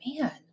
man